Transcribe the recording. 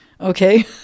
okay